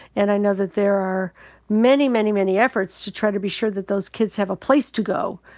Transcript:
and i know that there are many, many, many efforts to try to be sure that those kids have a place to go.